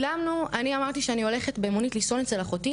אני אמרתי שאני הולכת במונית לישון אצל אחותי,